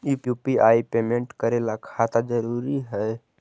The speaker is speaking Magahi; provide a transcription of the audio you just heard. यु.पी.आई पेमेंट करे ला खाता जरूरी है?